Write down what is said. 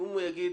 אם הוא יגיד: